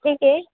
ठीक आहे